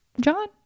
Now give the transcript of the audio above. John